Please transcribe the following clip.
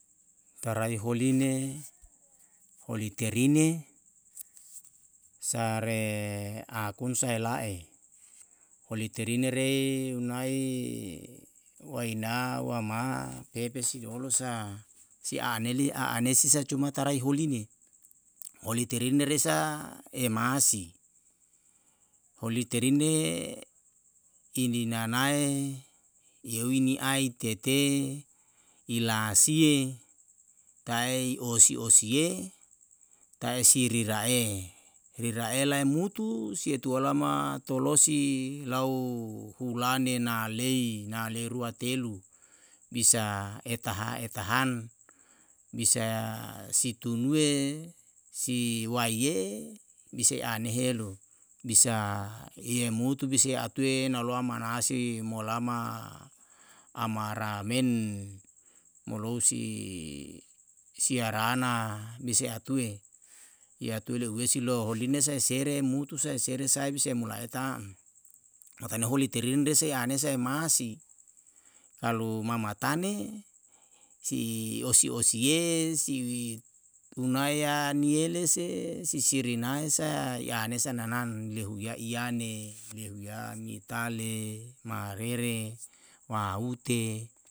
Tarahihuline iterine sareikunse holiterine rei waina, wama tepesiolosa anesi suma tai horine resa emasi holiterine indinanae ini ai tetee la asie, osi osie siri rae umutu siotalama osi lao hulane na rei hulatelu isa heta hetalan isa sitinue siwaye isa hane helu bisa yemutu bisa atue namue malatu manase molama amaramen molesi siarana bisa atue yatue yo lesi loine seremutu seresa bisa meletan, seremutu sa mulaitan, matanaholi terinde anesa yamasi namatane, kalumamatane si osi osi ye itunaya niyelese sisirinasa yanesa nanan yehu ya yane, yehu ya mitale maarere maute